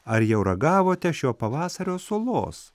ar jau ragavote šio pavasario sulos